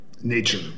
nature